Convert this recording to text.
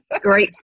Great